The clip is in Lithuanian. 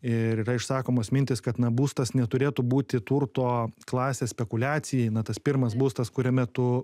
ir yra išsakomos mintys kad na būstas neturėtų būti turto klasės spekuliacijai na tas pirmas būstas kuriame tu